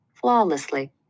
flawlessly